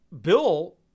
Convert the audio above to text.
Bill